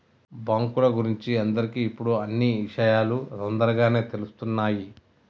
బాంకుల గురించి అందరికి ఇప్పుడు అన్నీ ఇషయాలు తోందరగానే తెలుస్తున్నాయి